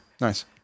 Nice